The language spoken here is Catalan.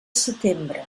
setembre